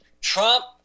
Trump